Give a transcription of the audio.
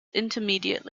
intermediate